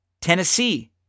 Tennessee